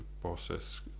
process